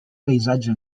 paisatge